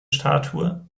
statue